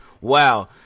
wow